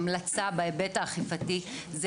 ההמלצה בהיבט האכיפתי,